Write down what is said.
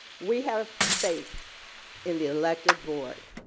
we have faith in the elected board.